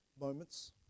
moments